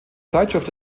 zeitschrift